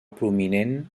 prominent